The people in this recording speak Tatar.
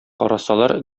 карасалар